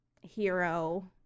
hero